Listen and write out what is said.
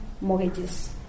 mortgages